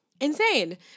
Insane